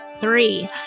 three